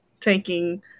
taking